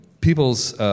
people's